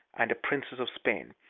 and a princess of spain.